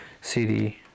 CD